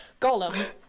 golem